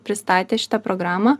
pristatė šitą programą